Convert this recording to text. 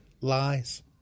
lies